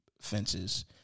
fences